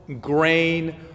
grain